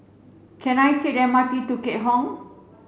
can I take the M R T to Keat Hong